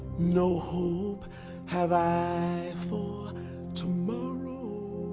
no hope have i for tomorrow